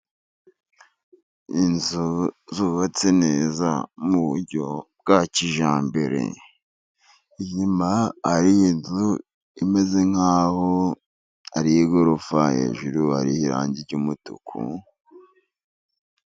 Inzu zubatse neza mu buryo bwa kijyambere, inyuma hari inzu imeze nk'aho ari igorofa, hejuru hari irangi ry'umutuku...